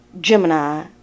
Gemini